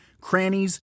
crannies